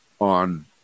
on